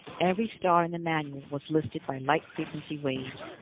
every star in the manual was listed by light-frequency waves,